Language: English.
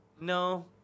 No